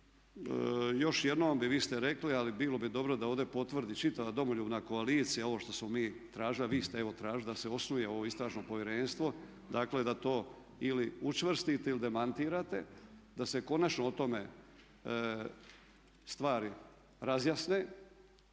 još jednom i vi ste rekli ali bilo bi dobro da ovdje potvrdi čitava Domoljubna koalicija ovo što smo mi tražili a vi ste evo tražili da se osnuje ovo istražno povjerenstvo. Dakle da to ili učvrstite ili demantirate, da se konačno o tome stvari razjasne.